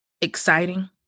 Exciting